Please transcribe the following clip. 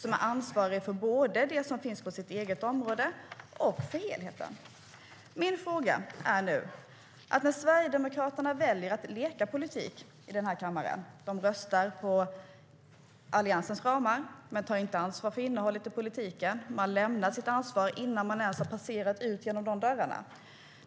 De är ansvariga både för det egna området och för helheten. Sverigedemokraterna väljer att leka politik i kammaren. De röstar på Alliansens ramar men tar inget ansvar för innehållet i politiken. De lämnar sitt ansvar innan de ens har passerat ut genom dörrarna.